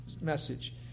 message